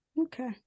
okay